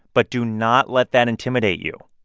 but do not let that intimidate you.